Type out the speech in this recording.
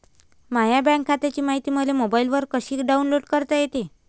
माह्या बँक खात्याची मायती मले मोबाईलवर कसी डाऊनलोड करता येते?